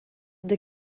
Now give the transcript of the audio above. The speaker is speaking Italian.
the